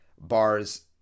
bars